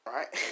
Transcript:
Right